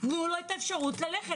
תנו לו את האפשרות ללכת.